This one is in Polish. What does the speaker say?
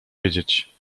wiedzieć